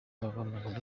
bamaze